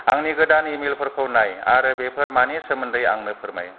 आंनि गोदान इमैलफोरखौ नाय आरो बेफोर मानि सोमोन्दै आंनो फोरमाय